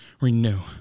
renew